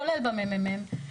כולל בממ"מ,